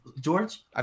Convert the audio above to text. George